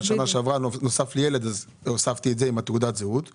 שעברה נולד לי ילד והוספתי אותו עם מספר תעודת הזהות שלו.